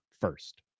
first